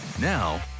Now